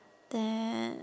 then